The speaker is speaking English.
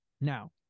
Now